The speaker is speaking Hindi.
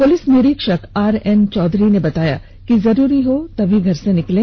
पुलिस निरीक्षक आर एन चौधरी ने बताया कि जरूरी हो तमी घर से निकलें